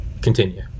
Continue